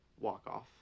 walk-off